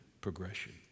progression